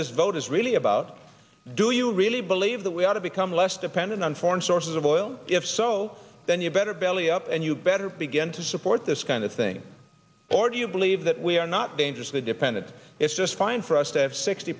this vote is really about do you really believe that we ought to become less dependent on foreign sources of oil if so then you better belly up and you better begin to support this kind of thing or do you believe that we are not dangerously dependent it's just fine for us to have sixty